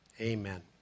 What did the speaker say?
Amen